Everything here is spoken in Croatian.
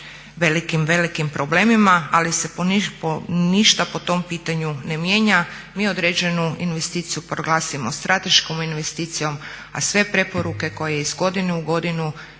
velikim, velikim problemima, ali se ništa po tom pitanju ne mijenja, mi određenu investiciju proglasimo strateškom investicijom, a sve preporuke koje iz godine u godinu